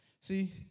See